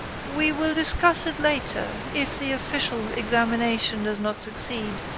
we will discuss it later if the official examination does not succeed.